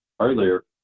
earlier